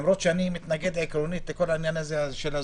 למרות שאני מתנגד עקרונית לכל עניין הזום.